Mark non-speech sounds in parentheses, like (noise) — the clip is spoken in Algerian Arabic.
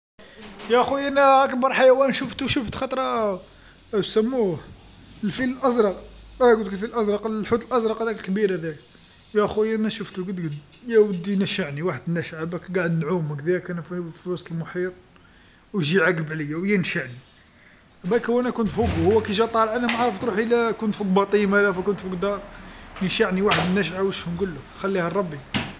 يا خويا أنا (hesitation) أكبر حيوان شفتو شفت خطره (hesitation) سموه الفيل الأزرق (hesitation) قلتلك الفيل الأزرق ال- الحوت الأزرق هذاك الكبير هذاك، يا خويا أنا شفتو قد قد يا ودي نشعني وحد النشعه علابالك قاعد نعوم هكذاك وأنا في وسط المحيط، ويجي يعقب عليا وينشعني، علابالك وأنا كنت فوقو وهو كي جا طالع أنا ما عرفت روحي لا كنت فوق باطيمه لا كنت فوق دار نشعني واحد نشعه نقوللك خليها لربي.